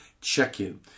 check-in